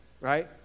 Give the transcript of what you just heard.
right